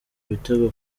ibitego